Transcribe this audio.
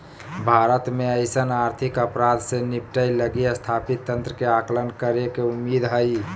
भारत में अइसन आर्थिक अपराध से निपटय लगी स्थापित तंत्र के आकलन करेके उम्मीद हइ